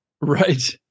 Right